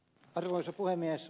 arvoisa puhemies